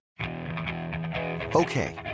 Okay